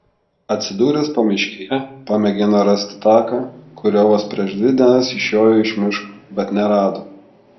atsidūręs pamiškėje pamėgino rasti taką kuriuo vos prieš dvi dienas išjojo iš miško bet nerado